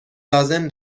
لازم